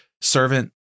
servant